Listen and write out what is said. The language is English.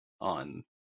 on